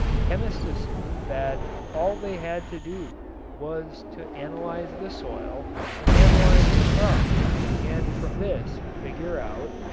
chemists assumed that all they had to do was to analyze the soil and analyze the crop and from this figure out,